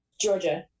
Georgia